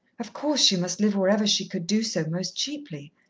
of course, she must live wherever she could do so most cheaply.